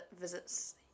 visits